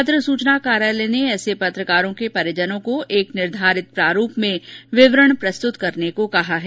पत्र सूचना कार्यालय ने ऐसे पत्रकारों के परिजनों को एक निर्धारित प्रारूप में विवरण प्रस्तुत करने के लिए कहा है